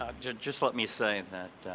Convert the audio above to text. ah just just let me say that